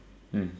mm